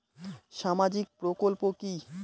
সামাজিক প্রকল্প কি?